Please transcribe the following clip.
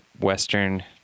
Western